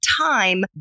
Time